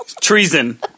Treason